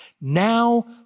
now